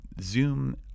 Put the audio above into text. zoom